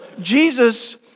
Jesus